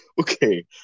Okay